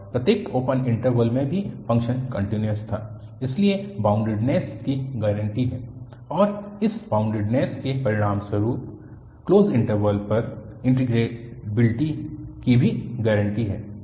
और प्रत्येक open interval में भी फ़ंक्शन कन्टिन्यूअस था इसलिए बाउंडेडनेस की गारंटी है और इस बाउंडेडनेस के परिणामस्वरूप क्लोज्ड इन्टरवल पर इन्टीग्रेबलिटी की भी गारंटी है